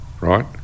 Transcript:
right